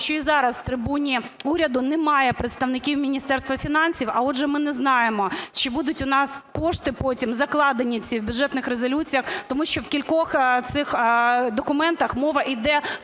що і зараз на трибуні уряду немає представників Міністерства фінансів, а отже ми не знаємо, чи будуть у нас кошти потім закладені ці в бюджетних резолюціях. Тому що в кількох цих документах мова йде про